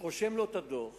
רושם לו את הדוח